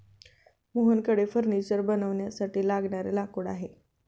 मोहनकडे फर्निचर बनवण्यासाठी लागणारे लाकूड आहे